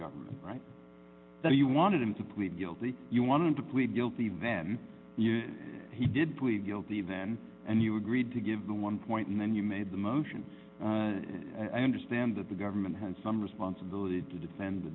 government right now you wanted him to plead guilty you wanted to plead guilty then he did plead guilty then and you agreed to give the one point and then you made the motion and i understand that the government has some responsibility to defend the